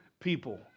people